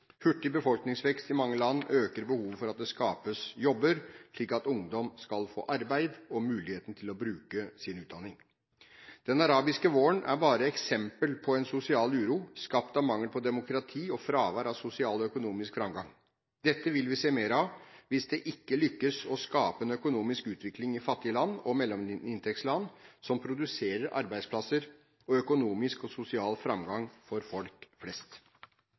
Hurtig befolkningsvekst i mange land øker behovet for at det skapes jobber, slik at ungdom skal få arbeid og muligheten til å bruke sin utdanning. Den arabiske våren er bare et eksempel på en sosial uro, skapt av mangel på demokrati og fravær av sosial og økonomisk framgang. Dette vil vi se mer av hvis det ikke lykkes å skape en økonomisk utvikling i fattige land og mellominntektsland som produserer arbeidsplasser og økonomisk og sosial framgang for folk flest.